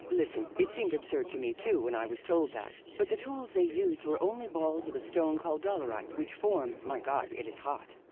listen, it seemed absurd to me too when i was told that, but the tools they used were only balls of a stone called dolerite which form, my god it is hot,